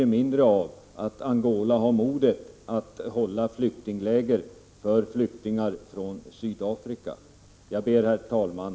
Trots det har Angola modet att upprätta flyktingläger för flyktingar från Sydafrika. Herr talman!